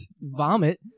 vomit